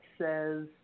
says